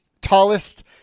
tallest